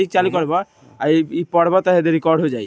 ethnic उद्यमिता अपना से कईल व्यवसाय के मालिक के कहल जाला